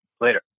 Later